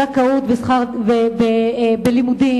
זכאות בלימודים,